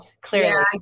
clearly